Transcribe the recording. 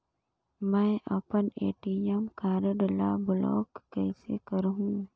मै अपन ATM card ल ब्लाक कइसे करहूं?